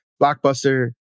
blockbuster